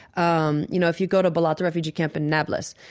um you know, if you go to balata refugee camp in nablus,